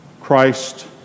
Christ